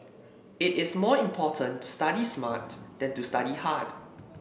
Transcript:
it is more important to study smart than to study hard